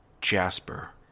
jasper